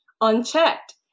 unchecked